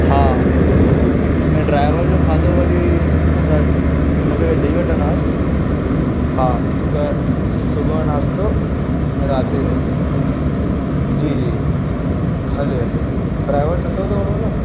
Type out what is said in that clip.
हा ऐं ड्राइवर जो खाधो वरी असां हुनखे बि ॾेई वठंदासीं हा हिकु सुबुह जो नाश्तो ऐं राति जी रोटी जी जी हले हले ड्राइवर सुठो त हूंदो न